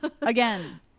Again